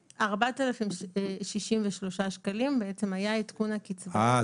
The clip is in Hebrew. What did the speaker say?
4063 שקלים, היה עדכון לקצבאות עכשיו,